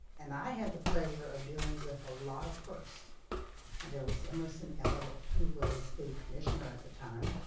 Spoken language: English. and i had the pleasure of dealing with a lot of firsts. and there was emerson elliott, who was the commissioner at the time.